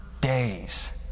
days